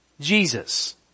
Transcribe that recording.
Jesus